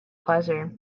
pleasure